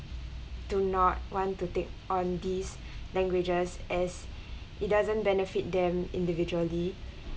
do not want to take on these languages as it doesn't benefit them individually